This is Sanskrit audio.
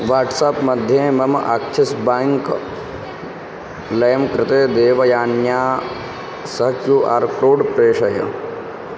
वाट्सप् मध्ये मम आक्सिस् बेङ्क् लैं कृते देवयान्या सा क्यू आर् क्रोड् प्रेषय